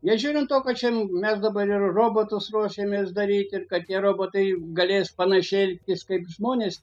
nežiūrint to kad šiandien mes dabar ir robotus ruošiamės daryt ir kad tie robotai galės panašiai elgtis kaip žmonės